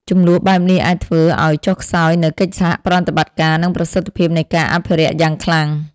ជម្លោះបែបនេះអាចធ្វើឱ្យចុះខ្សោយនូវកិច្ចសហប្រតិបត្តិការ និងប្រសិទ្ធភាពនៃការអភិរក្សយ៉ាងខ្លាំង។